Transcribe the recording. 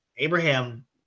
Abraham